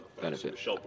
Benefit